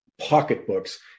pocketbooks